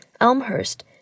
Elmhurst